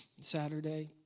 Saturday